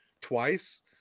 twice